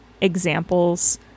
examples